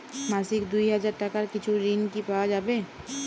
মাসিক দুই হাজার টাকার কিছু ঋণ কি পাওয়া যাবে?